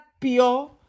pure